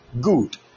Good